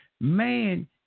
Man